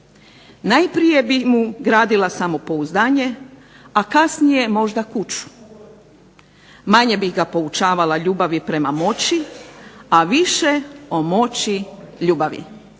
Najprije bih mu gradila samopouzdanje a kasnije možda kuću. Manje bih ga poučavala ljubavi prema moći a više o moći ljubavi".